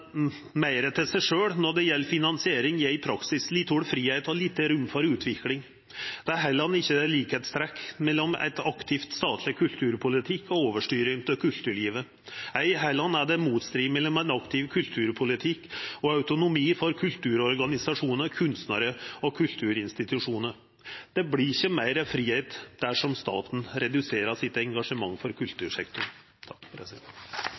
meir til seg sjølv når det gjeld finansiering, gjev i praksis lite fridom og lite rom for utvikling. Det er heller ikkje likskapsteikn mellom ein aktiv statleg kulturpolitikk og overstyring av kulturlivet. Ei heller er det motstrid mellom ein aktiv kulturpolitikk og autonomi for kulturorganisasjonar, kunstnarar og kulturinstitusjonar. Det vert ikkje meir fridom dersom staten reduserer sitt engasjement for kultursektoren. Kultur